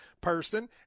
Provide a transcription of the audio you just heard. person